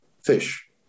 fish